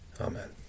Amen